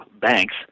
banks